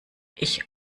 ich